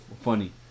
funny